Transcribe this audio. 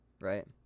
Right